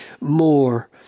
more